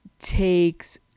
takes